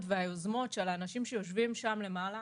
והיוזמות של האנשים שיושבים שם למעלה,